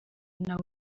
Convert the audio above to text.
nawe